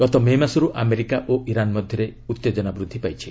ଗତ ମେ ମାସରୁ ଆମେରିକା ଓ ଇରାନ୍ ମଧ୍ୟରେ ଉତ୍ତେକନା ବୃଦ୍ଧି ପାଇଛି